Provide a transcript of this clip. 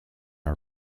are